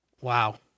Wow